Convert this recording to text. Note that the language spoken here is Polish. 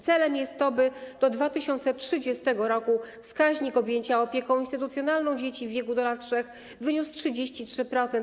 Celem jest to, by do 2030 r. wskaźnik objęcia opieką instytucjonalną dzieci w wieku do lat 3 wyniósł 33%.